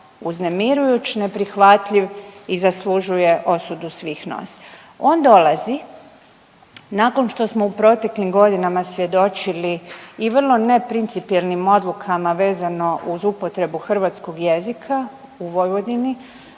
uznemirujuć, neprihvatljiv i zaslužuje osudu svih nas. On dolazi nakon što smo u proteklim godinama svjedočili i vrlo neprincipijelnim odlukama vezano uz upotrebu hrvatskog jezika u Vojvodini.